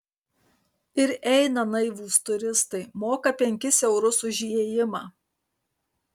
ir eina naivūs turistai moka penkis eurus už įėjimą